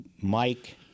Mike